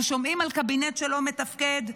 אנחנו שומעים על קבינט שלא מתפקד,